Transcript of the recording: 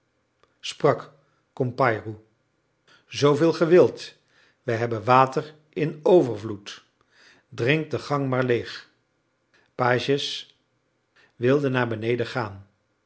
sprak compayrou zooveel ge wilt wij hebben water in overvloed drink de gang maar leeg pagès wilde naar beneden gaan